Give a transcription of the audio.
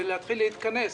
ולהתחיל להתכנס